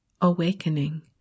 awakening